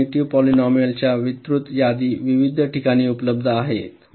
या primitive polynomial च्या विस्तृत यादी विविध ठिकाणी उपलब्ध आहे